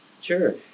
Sure